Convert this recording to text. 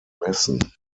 messen